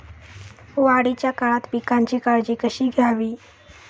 वाढीच्या काळात पिकांची काळजी कशी घ्यावी?